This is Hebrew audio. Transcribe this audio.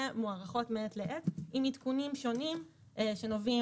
ומוארכות מעת לעת עם עדכונים שונים שנובעים